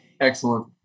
Excellent